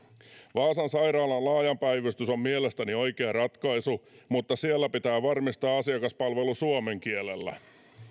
vaasan sairaalan laaja päivystys on mielestäni oikea ratkaisu mutta siellä pitää varmistaa asiakaspalvelu myös suomen kielellä